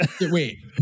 Wait